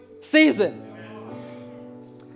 season